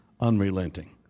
unrelenting